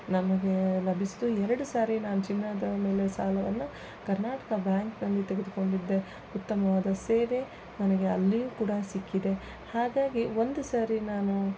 ನಮಗೆ ಲಭಿಸ್ತು ಎರಡು ಸಾರಿ ನಾನು ಚಿನ್ನದ ಮೇಲೆ ಸಾಲವನ್ನು ಕರ್ನಾಟಕ ಬ್ಯಾಂಕ್ನಲ್ಲಿ ತೆಗೆದುಕೊಂಡಿದ್ದೆ ಉತ್ತಮವಾದ ಸೇವೆ ನನಗೆ ಅಲ್ಲಿ ಕೂಡ ಸಿಕ್ಕಿದೆ ಹಾಗಾಗಿ ಒಂದು ಸಾರಿ ನಾನು